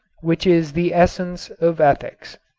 which is the essence of ethics.